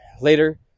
Later